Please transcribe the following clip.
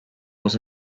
was